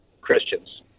Christians